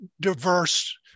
diverse